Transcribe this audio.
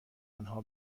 آنها